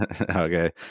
Okay